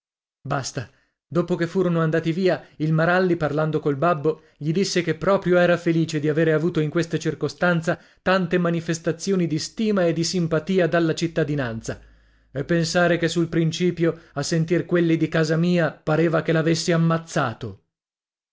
basta dopo che furono andati via il maralli parlando col babbo gli disse che proprio era felice di avere avuto in questa circostanza tante manifestazioni di stima e di simpatia dalla cittadinanza e pensare che sul principio a sentir quelli di casa mia pareva che l'avessi ammazzato